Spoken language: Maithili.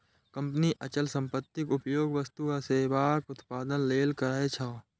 कंपनी अचल संपत्तिक उपयोग वस्तु आ सेवाक उत्पादन लेल करै छै